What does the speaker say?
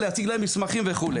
להציג להם מסמכים וכו'.